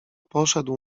poszedł